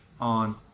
on